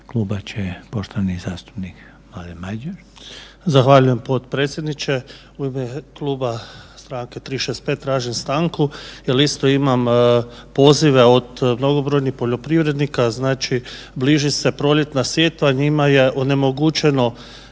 kluba će poštovani zastupnik Madjer.